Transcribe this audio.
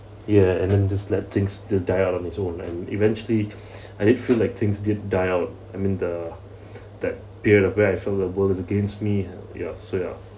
ya and then just let things just die out on its own and eventually I did feel like things did die out I mean the that period of where I felt the world is against me ya so ya